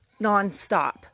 nonstop